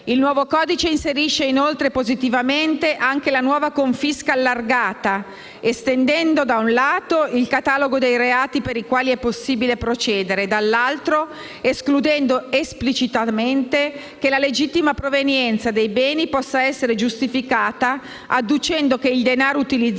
Il nuovo codice inserisce, inoltre, positivamente anche la nuova confisca allargata, estendendo - da un lato - il catalogo dei reati per i quali è possibile procedere e - dall'altro - escludendo esplicitamente che la legittima provenienza dei beni possa essere giustificata adducendo che il denaro utilizzato